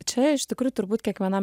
čia iš tikrųjų turbūt kiekvienam